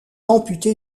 amputé